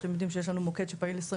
שאתם יודעים שיש לנו מוקד שפעיל 24